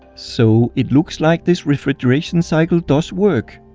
so it looks like this refrigeration cycle does work.